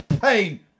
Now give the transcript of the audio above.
pain